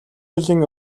жилийн